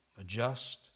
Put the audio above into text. adjust